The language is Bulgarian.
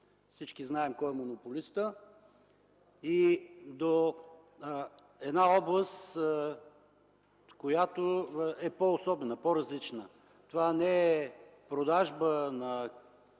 Всички знаем кой е монополистът. Касае се за една област, която е по-особена, по-различна. Това не е продажба на